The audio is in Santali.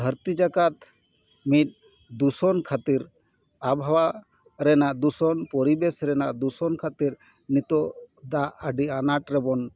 ᱫᱷᱟᱹᱨᱛᱤ ᱡᱟᱠᱟᱛ ᱢᱤᱫ ᱫᱩᱥᱚᱱ ᱠᱷᱟᱹᱛᱤᱨ ᱟᱵᱚᱦᱟᱣᱟ ᱨᱮᱱᱟᱜ ᱫᱩᱥᱚᱱ ᱯᱚᱨᱤᱵᱮᱥ ᱨᱮᱱᱟᱜ ᱫᱩᱥᱚᱱ ᱠᱷᱟᱹᱛᱤᱨ ᱱᱤᱛᱳᱜ ᱫᱟᱜ ᱟᱹᱰᱤ ᱟᱱᱟᱴ ᱨᱮᱵᱚᱱ